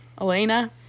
Elena